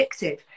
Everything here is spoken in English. addictive